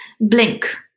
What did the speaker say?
Blink